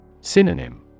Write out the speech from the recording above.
Synonym